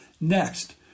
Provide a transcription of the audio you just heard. Next